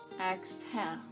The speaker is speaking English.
exhale